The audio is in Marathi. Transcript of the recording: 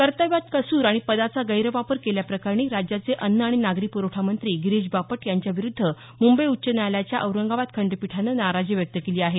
कर्तव्यात कसूर आणि पदाचा गैरवापर केल्याप्रकरणी राज्याचे अन्न आणि नागरी प्रवठा मंत्री गिरीश बापट यांच्याविरूद्ध मुंबई उच्च न्यायालयाच्या औरंगाबाद खंडपीठानं नाराजी व्यक्त केली आहे